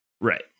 Right